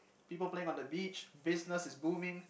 people playing on the beach business is booming